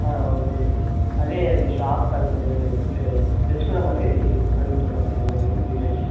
okay అదే అది shop అంటే తెలుసుకుందాం అని అడుగుతున్నాను సార్ ఇవన్నీ డిటైల్స్